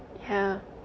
yeah